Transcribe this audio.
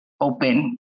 open